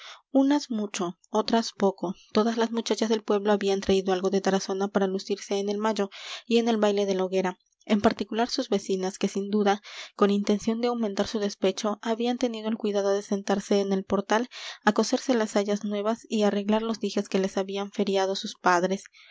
unas mucho otras poco todas las muchachas del pueblo habían traído algo de tarazona para lucirse en el mayo y en el baile de la hoguera en particular sus vecinas que sin duda con intención de aumentar su despecho habían tenido el cuidado de sentarse en el portal á coserse las sayas nuevas y arreglar los dijes que les habían feriado sus padres